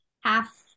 half